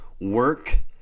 Work